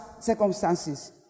circumstances